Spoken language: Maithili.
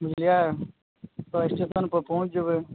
बुझलियै तऽ स्टेशन पर पहुँच जेबै